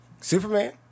Superman